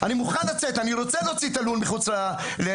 אני רוצה להוציא את הלול מחוץ למחנה.